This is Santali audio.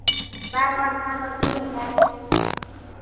ᱵᱟᱨ ᱦᱚᱲ ᱠᱷᱟᱱ ᱫᱚ ᱛᱤᱱ ᱦᱟᱡᱟᱨ